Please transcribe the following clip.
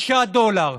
6 דולר.